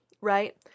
right